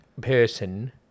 person